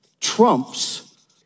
trumps